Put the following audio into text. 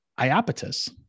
Iapetus